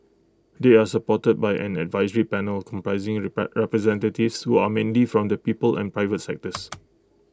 they are supported by an advisory panel comprising repair representatives who are mainly from the people and private sectors